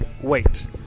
wait